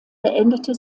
beendete